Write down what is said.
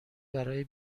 برای